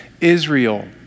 Israel